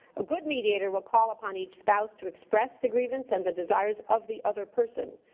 a good mediator will call upon each spouse to express the grievance and the desires of the other person.